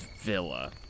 Villa